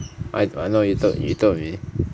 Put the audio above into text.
I know you told you told me